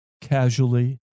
casually